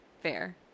fair